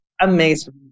amazing